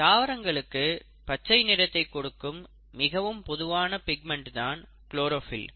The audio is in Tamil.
தாவரங்களுக்கு பச்சை நிறத்தைக் கொடுக்கும் மிகவும் பொதுவான பிக்மெண்ட் தான் குளோரோஃபில்